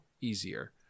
easier